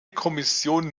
kommission